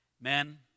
Men